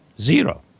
Zero